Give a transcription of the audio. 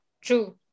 True